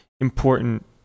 important